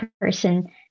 person